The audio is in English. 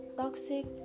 toxic